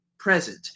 present